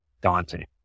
daunting